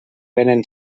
vénen